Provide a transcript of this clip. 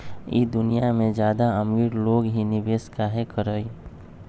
ई दुनिया में ज्यादा अमीर लोग ही निवेस काहे करई?